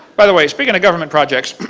by the way speaking of government projects,